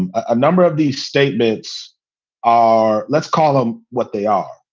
and a number of these statements are let's call them what they are.